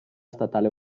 statale